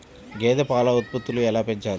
గేదె పాల ఉత్పత్తులు ఎలా పెంచాలి?